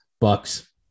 Bucks